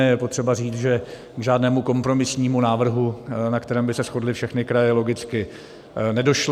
Je potřeba říct, že k žádnému kompromisnímu návrhu, na kterém by se shodly všechny kraje, logicky nedošlo.